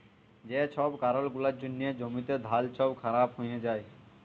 যে ছব কারল গুলার জ্যনহে জ্যমিতে ধাল ছব খারাপ হঁয়ে যায়